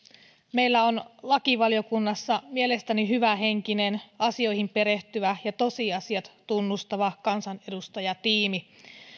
meillä on lakivaliokunnassa mielestäni hyvähenkinen asioihin perehtyvä ja tosiasiat tunnustava kansanedustajatiimi